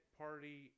party